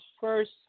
first